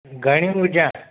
घणियूं विझां